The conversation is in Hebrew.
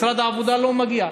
משרד העבודה לא מגיע.